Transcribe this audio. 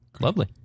Lovely